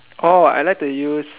orh I like to use